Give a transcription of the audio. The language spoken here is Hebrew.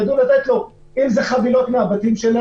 ושם ידעו לתת להם חבילות מהבתים,